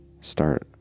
start